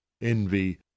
envy